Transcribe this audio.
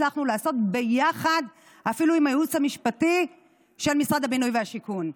הצלחנו לעשות ביחד אפילו עם הייעוץ המשפטי של משרד הבינוי והשיכון.